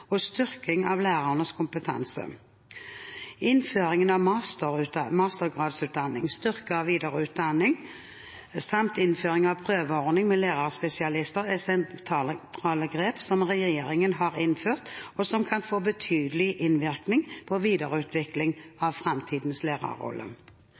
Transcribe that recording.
og styrking av lærernes kompetanse. Innføringen av mastergradsutdanning, styrket videreutdanning samt innføringen av en prøveordning med lærerspesialister er sentrale grep som regjeringen har innført, og som kan få betydelig innvirkning på